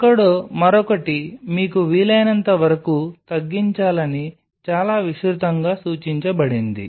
ఎక్కడో మరొకటి మీకు వీలైనంత వరకు తగ్గించాలని చాలా విస్తృతంగా సూచించబడింది